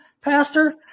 Pastor